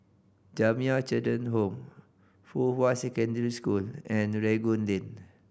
Jamiyah Children Home Fuhua Secondary School and Rangoon Lane